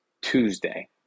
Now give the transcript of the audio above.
Tuesday